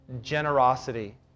generosity